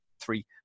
three